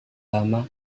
lama